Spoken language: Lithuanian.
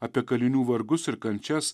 apie kalinių vargus ir kančias